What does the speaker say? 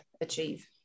achieve